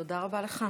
תודה רבה לך.